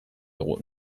egun